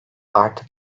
artık